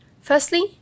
Firstly